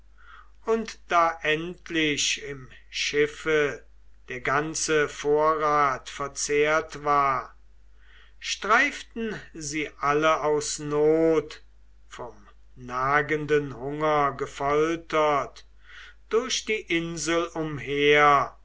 und da endlich im schiffe der ganze vorrat verzehrt war streiften sie alle aus not vom nagenden hunger gefoltert durch die insel umher